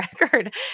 record